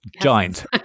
giant